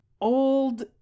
old